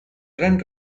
gran